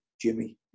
Jimmy